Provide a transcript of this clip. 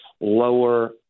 lower